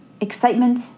excitement